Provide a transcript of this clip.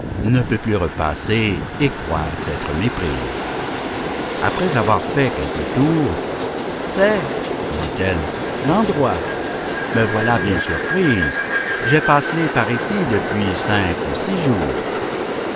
ne peut plus repasser et croit s'être méprise après avoir fait quelques tours c'est dit-elle l'endroit me voilà bien surprise j'ai passé par ici depuis cinq ou six jours